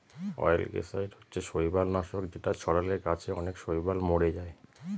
অয়েলগেসাইড হচ্ছে শৈবাল নাশক যেটা ছড়ালে গাছে অনেক শৈবাল মোরে যায়